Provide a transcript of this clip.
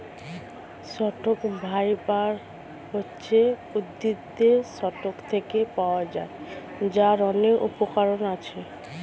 stock fibre হচ্ছে উদ্ভিদের stock থেকে পাওয়া যায়, যার অনেক উপকরণ আছে